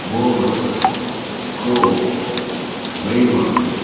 मोअस scope Weimar